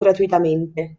gratuitamente